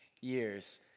years